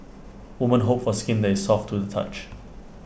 woman hope for skin that is soft to the touch